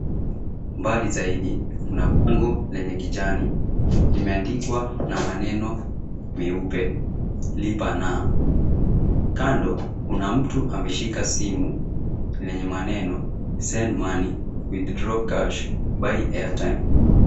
Mbali zaidi kuna bango lenye kijani. Limeandikwa na maneno meupe, LIPA NA. Kando, kuna mtu ameshika simu lenye maneno, Send Money, Withdraw Cash, Buy Airtime.